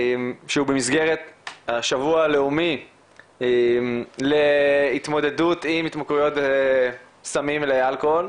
שהוא במסגרת השבוע הלאומי להתמודדות עם התמכרויות לסמים ולאלכוהול.